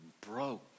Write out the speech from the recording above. broke